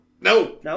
No